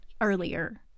earlier